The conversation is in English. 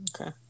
Okay